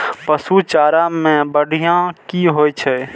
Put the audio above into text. पशु चारा मैं बढ़िया की होय छै?